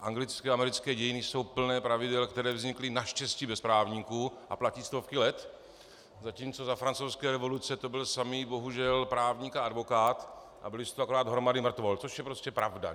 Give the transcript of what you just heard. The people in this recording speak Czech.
Anglické a americké dějiny jsou plné pravidel, která vznikly naštěstí bez právníků a platí stovky let, zatímco za Francouzské revoluce to byl samý bohužel právník a advokát a byly z toho akorát hromady mrtvol, což je prostě pravda.